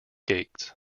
gates